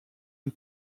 une